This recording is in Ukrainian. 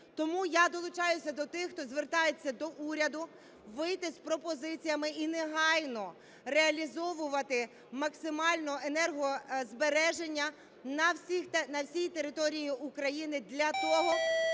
Тому я долучаюся до тих, хто звертається до уряду, вийти з пропозиціями і негайно реалізовувати максимально енергозбереження на всій території України для того,